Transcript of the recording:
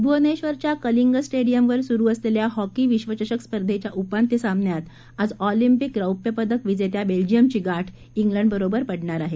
भुवनेश्वरच्या कलिंग स्टेडियमवर सुरू असलेल्या हॉकी विश्वचषक स्पर्धेच्या उपांत्य सामन्यात आज ऑलिंपिक रौप्यपदक विजेत्या बेल्जियमची गाठ इंग्लंड बरोबर पडणार आहे